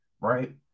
right